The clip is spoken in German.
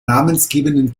namensgebenden